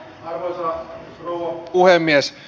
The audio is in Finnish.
arvoisa rouva puhemies